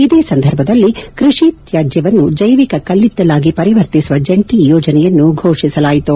ಇದೇ ಸಂದರ್ಭದಲ್ಲಿ ಕೃಷಿ ತ್ಯಾಜ್ಯವನ್ನು ಜೈವಿಕ ಕಲ್ಲಿದ್ದಲಾಗಿ ಪರಿವರ್ತಿಸುವ ಜಂಟಿ ಯೋಜನೆಯನ್ನು ಘೋಷಿಸಲಾಯಿತು